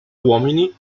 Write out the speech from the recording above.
uomini